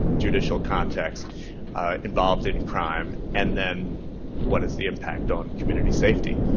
judicial context involved in crime, and then what is the impact on community safety?